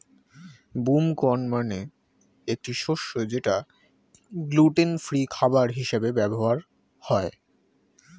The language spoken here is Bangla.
বুম কর্ন মানে একটি শস্য যেটা গ্লুটেন ফ্রি খাবার হিসেবে ব্যবহার হয়